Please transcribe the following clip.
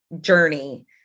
journey